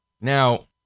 Now